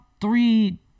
three